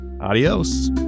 Adios